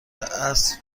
عصر